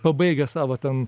pabaigęs savo ten